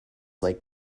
like